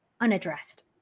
unaddressed